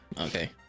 Okay